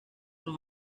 son